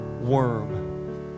worm